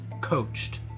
coached